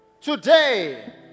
Today